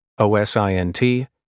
OSINT